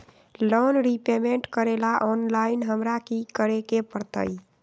Loan repayment करेला online हमरा की करे के परतई?